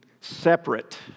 separate